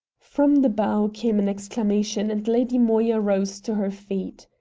from the bow came an exclamation, and lady moya rose to her feet.